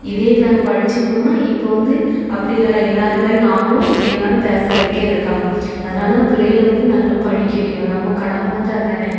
இதே இது நாங்கள் படித்திருந்தோம்னா இப்போது வந்து அப்படி இல்லைல்ல எல்லோரும் மாதிரி நாங்களும் எதுனாலும் பேச வைக்க இருக்கலாம் அதனால் தான் புள்ளைகள வந்து நல்லா படிக்க வைக்கணும் நம்ம கடமை வந்து அதானே